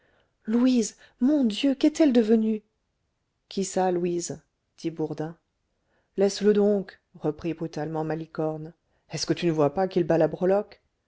louise mon dieu qu'est-elle devenue qui ça louise dit bourdin laisse-le donc reprit brutalement malicorne est-ce que tu ne vois pas qu'il bat la breloque